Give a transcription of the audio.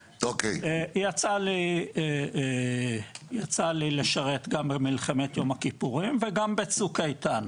יצא לי לשרת גם במלחמת יום הכיפורים וגם בצוק איתן